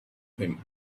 him